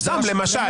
סתם למשל.